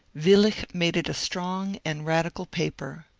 willich made it a strong and radical paper.